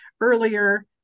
earlier